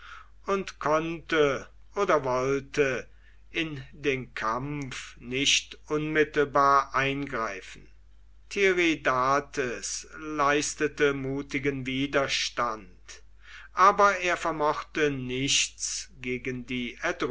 und konnte oder wollte in den kampf nicht unmittelbar eingreifen tiridates leistete mutigen widerstand aber er vermochte nichts gegen die